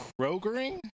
Krogering